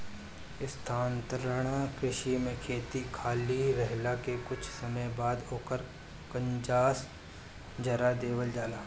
स्थानांतरण कृषि में खेत खाली रहले के कुछ समय बाद ओकर कंजास जरा देवल जाला